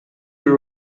you